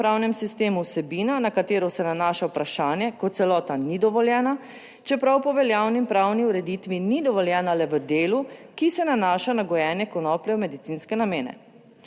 pravnem sistemu vsebina, na katero se nanaša vprašanje, kot celota ni dovoljena, čeprav po veljavni pravni ureditvi ni dovoljena le v delu, ki se nanaša na gojenje konoplje v medicinske namene.